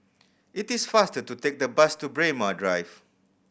it is faster to take the bus to Braemar Drive